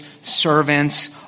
servants